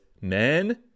men